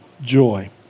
joy